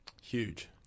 Huge